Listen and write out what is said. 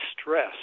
stress